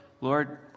Lord